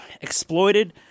Exploited